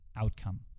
outcome